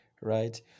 right